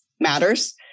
matters